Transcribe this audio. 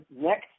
next